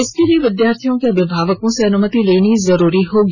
इसके लिए विद्यार्थियों के अभिभावकों से अनुमति लेनी जरूरी होगी